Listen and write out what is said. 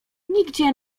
nigdzie